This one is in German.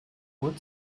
uhr